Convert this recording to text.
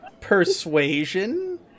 Persuasion